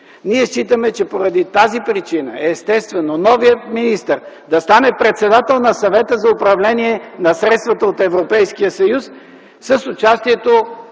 Ние считаме, че поради тази причина е естествено новият министър да стане председател на Съвета за управление на средствата от Европейския съюз с участието